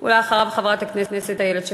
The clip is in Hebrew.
אחריו, חברת הכנסת איילת שקד.